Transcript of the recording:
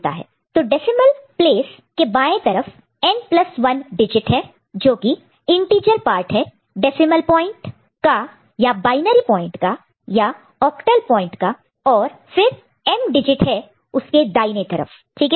तो decimal place के बाएं लेफ्ट left तरफ n प्लस 1 n1 डिजिट है जोकि इंटीजर पार्ट है डेसिमल पॉइंट का या बायनरी पॉइंट का या ऑक्टल पॉइंट का और फिर m डिजिट है उसके दाहिने राइट right तरफ ठीक है